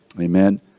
Amen